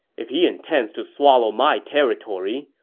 if he intends to swallow my territory,